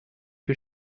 que